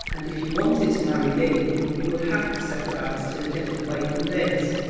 and if you wanted to marry me you would have to set about it in a different way from this.